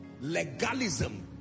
legalism